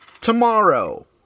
Tomorrow